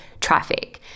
traffic